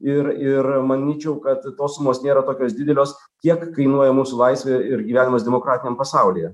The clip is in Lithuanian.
ir ir manyčiau kad tos sumos nėra tokios didelės kiek kainuoja mūsų laisvė ir gyvenimas demokratiniam pasaulyje